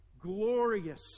glorious